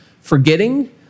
forgetting